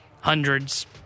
hundreds